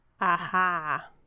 Aha